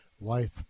life